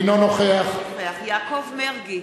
אינו נוכח יעקב מרגי,